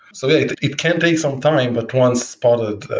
so yeah it can take some time, but once spotted,